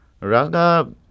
Raga